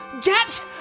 Get